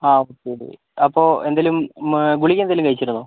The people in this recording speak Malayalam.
ആ ഓക്കെ ഒക്കെ അപ്പോൾ എന്തേലും ഗുളിക എന്തേലും കഴിച്ചിരുന്നോ